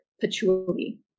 patchouli